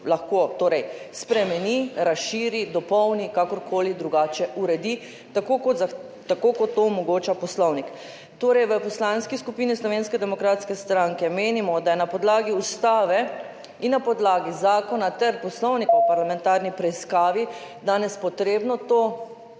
lahko spremeni, razširi, dopolni, kakorkoli drugače uredi tako, kot to omogoča Poslovnik. V Poslanski skupini Slovenske demokratske stranke menimo, da je na podlagi ustave in na podlagi zakona ter poslovnika o parlamentarni preiskavi danes potrebno to